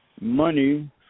money